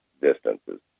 distances